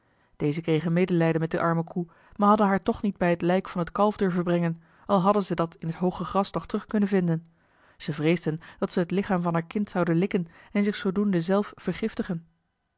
deze kregen medelijden met de arme koe maar hadden haar toch niet bij het lijk van het kalf durven brengen al hadden ze dat in het hooge gras nog terug kunnen vinden ze vreesden dat ze het lichaam van haar kind zoude likken en zich zoodoende zelf vergiftigen